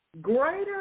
Greater